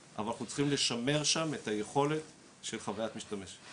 אבל אנחנו צריכים לשמר שם את היכולת של חווית משתמש.